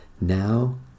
now